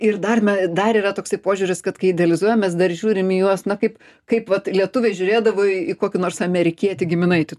ir dar me dar yra toksai požiūris kad kai idealizuojam mes dar žiūrim į juos na kaip kaip vat lietuviai žiūrėdavo į kokį nors amerikietį giminaitį